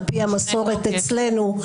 על פי המסורת אצלנו,